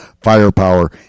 firepower